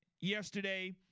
yesterday